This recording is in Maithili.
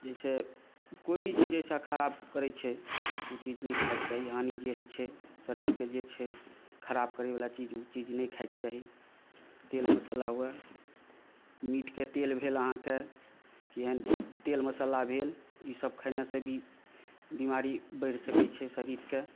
जाहिसँ कोई भी चीज ऐसा खराब होइ छै तऽ ओ चीज नहि खायके चाही हानि जे होइ छै शरीरके जे छै खराब करै वला चीज ओ चीज नहि खायके चाही तेल मसाला हुए मीटके तेल भेल अहाँकेँ एहन तेल मसाला भेल ई सभ खयने सॅं भी बिमारी बढ़ि सकै छै शरीरके